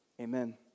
Amen